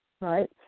Right